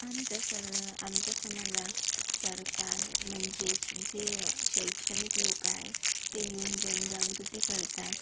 आमच्या सर आमच्या समाजात सरकार म्हणजेच जे शैक्षणिक लोक आहे ते येऊन जनजागृती करतात